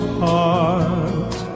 heart